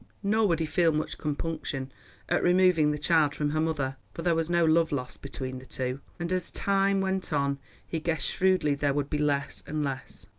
nor would he feel much compunction at removing the child from her mother, for there was no love lost between the two, and as time went on he guessed shrewdly there would be less and less.